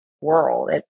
world